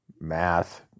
math